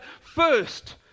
first